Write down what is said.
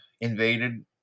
invaded